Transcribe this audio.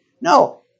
no